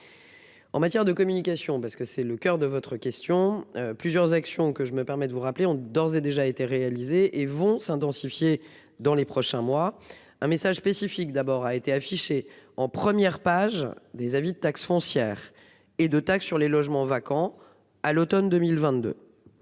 En matière de communication parce que c'est le coeur de votre question. Plusieurs actions que je me permets de vous rappeler ont d'ores et déjà été réalisées et vont s'intensifier dans les prochains mois un message spécifique d'abord a été affiché en première page des avis de taxe foncière et de taxe sur les logements vacants à l'Automne 2022.